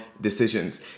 decisions